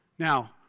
Now